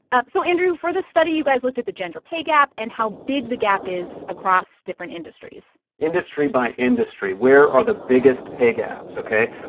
ah so, andrew, for this study, you guys looked at the gender pay gap and how big the gap is across different industries industry by industry, where are the biggest pay gaps? ok.